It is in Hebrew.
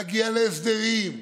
להגיע להסדרים,